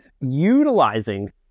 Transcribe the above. Utilizing